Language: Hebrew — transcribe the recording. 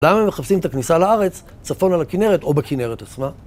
למה הם מחפשים את הכניסה לארץ, צפונה לכנרת או בכנרת עצמה?